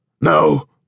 No